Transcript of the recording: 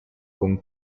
con